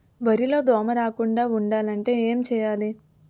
వరిలో దోమ రాకుండ ఉండాలంటే ఏంటి చేయాలి?